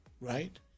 right